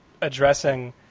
addressing